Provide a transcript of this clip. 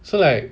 so like